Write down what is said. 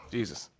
Jesus